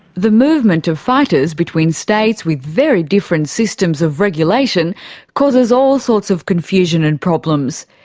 the movement of fighters between states with very different systems of regulation causes all sorts of confusion and problems.